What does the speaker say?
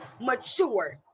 mature